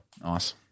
Nice